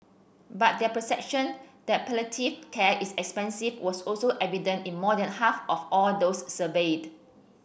but their perception that palliative care is expensive was also evident in more than half of all those surveyed